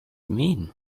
mean